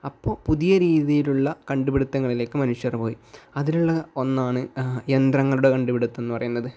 അപ്പോൾ പുതിയ രീതിയിലുള്ള കണ്ടുപിടുത്തങ്ങളിലേക്ക് മനുഷ്യർ പോയി അതിനുള്ള ഒന്നാണ് യന്ത്രങ്ങളുടെ കണ്ടുപിടുത്തം എന്ന് പറയുന്നത്